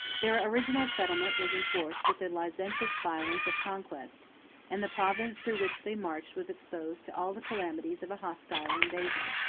their original settlement was enforced with the licentious violence of conquest and the province through which they marched was exposed to all the calamities of a hostile invasion.